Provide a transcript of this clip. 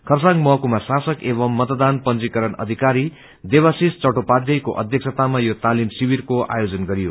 खरसाङ महकुमा शासक एवम् मतदान पंजीकरण अधिकरी देवाशीष चट्टोपाध्यायको अध्यक्षतामा यो तालिम शिविरको आयोजन गरियो